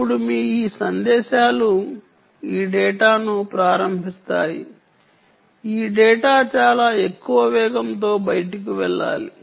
అప్పుడు మీ ఈ సందేశాలు ఈ డేటాను ప్రారంభిస్తాయి ఈ డేటా చాలా ఎక్కువ వేగంతో బయటకు వెళ్ళాలి